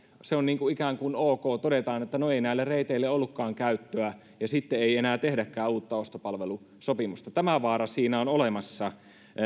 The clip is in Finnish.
se on ikään kuin ok että todetaan että no ei näille reiteille ollutkaan käyttöä ja sitten ei enää tehdäkään uutta ostopalvelusopimusta tämä vaara siinä on olemassa